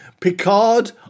Picard